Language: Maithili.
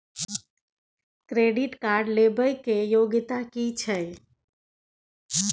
क्रेडिट कार्ड लेबै के योग्यता कि छै?